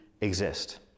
exist